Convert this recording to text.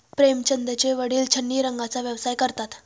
प्रेमचंदचे वडील छिन्नी नांगराचा व्यवसाय करतात